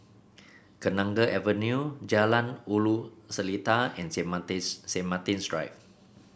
Kenanga Avenue Jalan Ulu Seletar and Saint Martin's Saint Martin's Drive